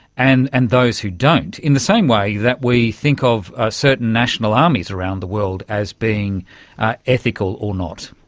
and and those who don't, in the same way that we think of certain national armies around the world as being ethical or not.